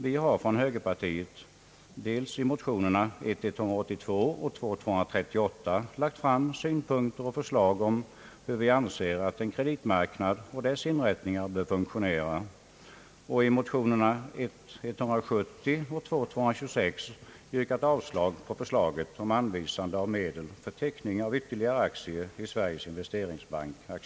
Vi har från högerpartiet i motionerna I: 182 och II: 238 lagt fram synpunkter och förslag om hur vi anser att en kreditmarknad och dess inrättningar bör funktionera och i motionerna I:170 och II: 226 yrkat avslag på förslaget om anvisande av medel för teckning av ytterligare aktier i Sveriges Investeringsbank AB.